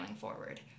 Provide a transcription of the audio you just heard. forward